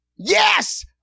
Yes